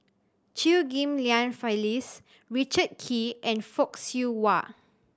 Chew Ghim Lian Phyllis Richard Kee and Fock Siew Wah